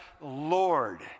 Lord